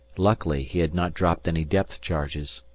luckily he had not dropped any depth charges.